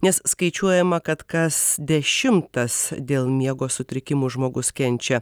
nes skaičiuojama kad kas dešimtas dėl miego sutrikimų žmogus kenčia